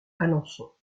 alençon